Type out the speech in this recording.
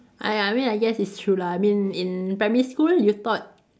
ah ya I mean I guess it's true lah I mean in primary school you thought